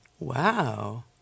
Wow